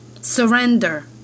Surrender